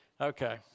Okay